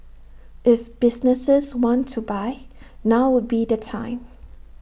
if businesses want to buy now would be the time